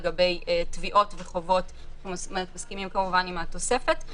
לגבי תביעות וחובות - אנחנו מסכימים כמובן עם התוספת.